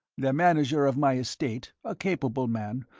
the manager of my estate, a capable man,